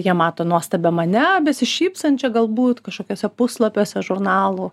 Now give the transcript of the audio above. jie mato nuostabią mane besišypsančią galbūt kažkokiuose puslapiuose žurnalų